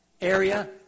area